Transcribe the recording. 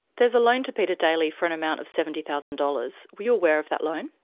there's a loan to peter daly for an amount of seventy thousand dollars. were you aware of that loan?